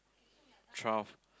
twelve